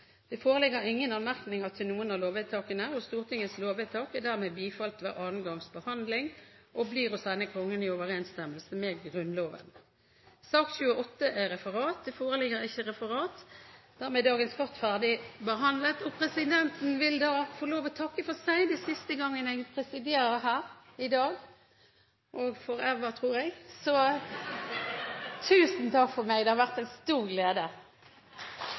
Det foreligger ingen forslag til anmerkning til noen av sakene. Stortingets lovvedtak er dermed bifalt ved andre gangs behandling og blir å sende Kongen i overensstemmelse med Grunnloven. Det foreligger ikke noe referat. Dermed er dagens kart ferdigbehandlet. Presidenten vil få lov til å takke for seg. Det er siste gangen jeg presiderer i dag – og «forever», tror jeg. Tusen takk for meg. Det har vært en stor glede.